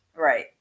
right